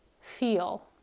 feel